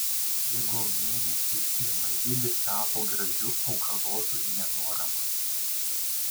bėgo mėnesiai ir mažylis tapo gražiu augalotu nenuorama